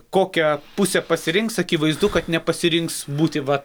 kokią pusę pasirinks akivaizdu kad nepasirinks būti va